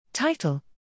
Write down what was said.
Title